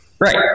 Right